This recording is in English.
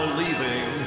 leaving